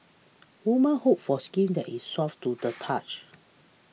women hope for skin that is soft to the touch